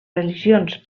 religions